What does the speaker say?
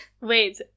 Wait